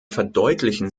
verdeutlichen